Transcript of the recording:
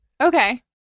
Okay